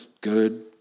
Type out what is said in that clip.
good